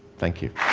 thank you.